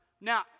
Now